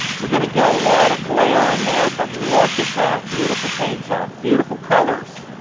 you're gonna get a lot of glare in there, but look at that beautiful paint job, beautiful colors.